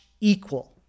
equal